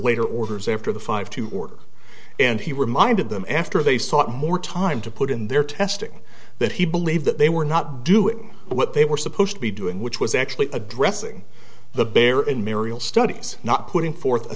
later orders after the five to order and he reminded them after they sought more time to put in their testing that he believed that they were not doing what they were supposed to be doing which was actually addressing the bear in marial studies not putting forth a